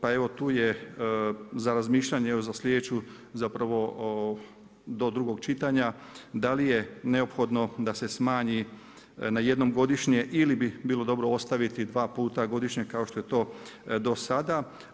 Pa evo tu je za razmišljanje, evo za sljedeću zapravo do drugog čitanja da li je neophodno da se smanji na jednom godišnje ili bi bilo dobro ostaviti dva puta godišnje kao što je to do sada.